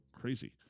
Crazy